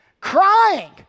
crying